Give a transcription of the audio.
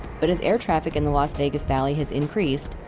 but as air traffic in the las vegas valley has increased,